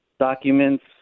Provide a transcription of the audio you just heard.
documents